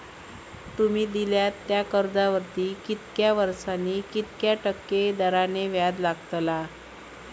तुमि दिल्यात त्या कर्जावरती कितक्या वर्सानी कितक्या टक्के दराने व्याज लागतला?